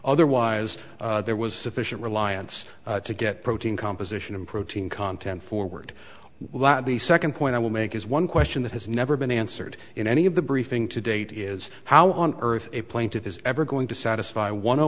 otherwise there was sufficient reliance to get protein composition and protein content forward the second point i will make is one question that has never been answered in any of the briefing to date is how on earth a plaintiff is ever going to satisfy one